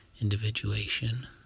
individuation